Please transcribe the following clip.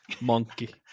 monkey